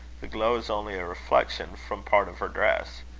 the glow is only a reflection from part of her dress.